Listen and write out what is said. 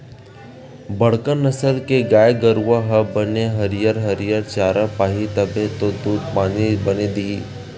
बड़का नसल के गाय गरूवा हर बने हरियर हरियर चारा पाही तभे तो दूद पानी बने दिही